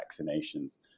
vaccinations